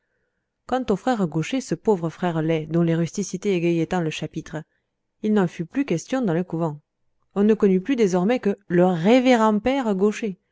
quant au frère gaucher ce pauvre frère lai dont les rusticités égayaient tant le chapitre il n'en fut plus question dans le couvent on ne connut plus désormais que le révérend père gaucher